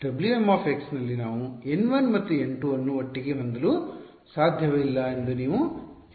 W m ನಲ್ಲಿ ನಾವು n1 ಮತ್ತು n2 ಅನ್ನು ಒಟ್ಟಿಗೆ ಹೊಂದಲು ಸಾಧ್ಯವಿಲ್ಲ ಎಂದು ನೀವು ಹೇಳುತ್ತಿದ್ದೀರಿ